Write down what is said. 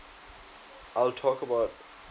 I'll talk about